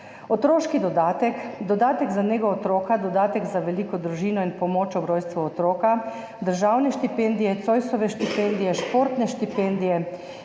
otroški dodatek, dodatek za nego otroka, dodatek za veliko družino in pomoč ob rojstvu otroka, državne štipendije, Zoisove štipendije, športne štipendije,